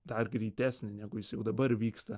dar greitesni negu jis jau dabar vyksta